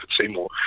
Seymour